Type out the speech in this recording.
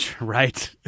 Right